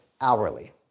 hourly